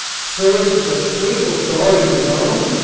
serves as a papal guard in rome,